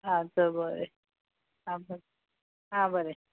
आं चल बरें आं ब आं बरें